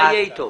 מה יהיה אתו?